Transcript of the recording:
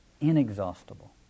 inexhaustible